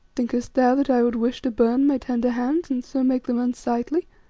thinkest thou that i would wish to burn my tender hands and so make them unsightly?